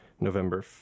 November